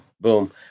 Boom